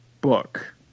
book